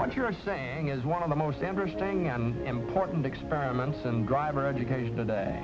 what you're saying is one of the most interesting and important experiments and driver education today